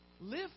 live